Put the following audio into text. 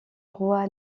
roi